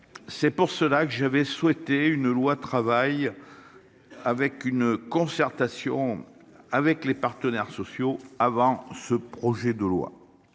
C'est pour cela que j'avais souhaité une loi travail. Avec une concertation avec les partenaires sociaux avant ce projet de loi.